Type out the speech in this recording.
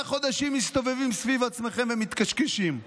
חודשים מסתובבים סביב עצמכם ומתקשקשים.